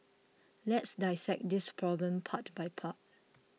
let's dissect this problem part by part